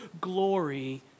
glory